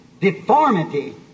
deformity